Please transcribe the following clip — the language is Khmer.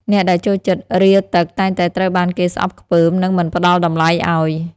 អ្នកដែលចូលចិត្តរាទឹក តែងតែត្រូវបានគេស្អប់ខ្ពើម និងមិនផ្ដល់តម្លៃឱ្យ។